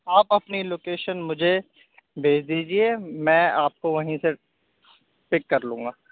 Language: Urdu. آپ اپںی لوکیشن مجھے بھیج دیجیے میں آپ کو وہیں سے پک کر لوں گا